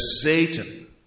Satan